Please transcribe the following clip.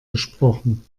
gesprochen